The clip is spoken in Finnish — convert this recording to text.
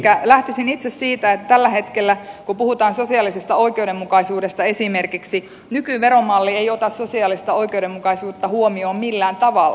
lähtisin itse siitä että tällä hetkellä kun puhutaan sosiaalisesta oikeudenmukaisuudesta esimerkiksi nykyveromalli ei ota sosiaalista oikeudenmukaisuutta huomioon millään tavalla